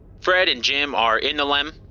fred and jim are in the lem.